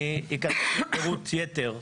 אני הגשתי פירוט יתר.